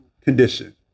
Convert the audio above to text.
condition